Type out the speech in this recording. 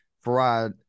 fried –